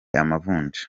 amavunja